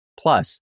Plus